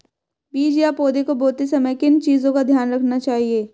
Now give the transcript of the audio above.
बीज या पौधे को बोते समय किन चीज़ों का ध्यान रखना चाहिए?